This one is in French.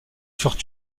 furent